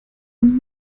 und